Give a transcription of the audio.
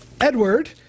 Edward